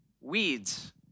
weeds